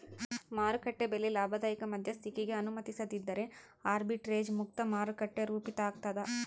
ಮಾರುಕಟ್ಟೆ ಬೆಲೆ ಲಾಭದಾಯಕ ಮಧ್ಯಸ್ಥಿಕಿಗೆ ಅನುಮತಿಸದಿದ್ದರೆ ಆರ್ಬಿಟ್ರೇಜ್ ಮುಕ್ತ ಮಾರುಕಟ್ಟೆ ರೂಪಿತಾಗ್ತದ